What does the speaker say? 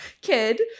kid